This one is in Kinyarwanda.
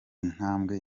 ntambwe